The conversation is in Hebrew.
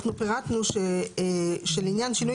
אחרי סעיף קטן (ד) יבוא: "(ד1) לעניין שינוי